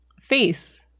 face